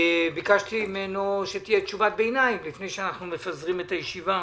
ביקשתי ממנו שתהיה תשובת ביניים לפני שאנחנו מפזרים את הישיבה.